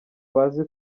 bazi